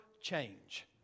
change